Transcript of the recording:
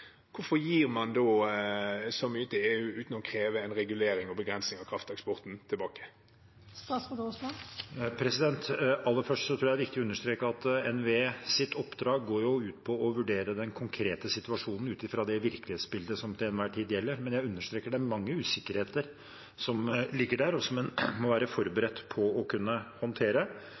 Hvorfor gir man så mye til EU uten å kreve en regulering og begrensning av krafteksporten tilbake? Aller først tror jeg det er viktig å understreke at NVEs oppdrag går ut på å vurdere den konkrete situasjonen, ut fra det virkelighetsbildet som til enhver tid gjelder. Jeg understreker at det er mange usikkerheter som ligger der, og som en må være forberedt på å kunne håndtere,